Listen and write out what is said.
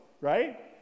right